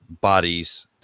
bodies